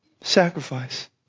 sacrifice